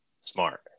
smart